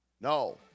No